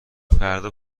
فردا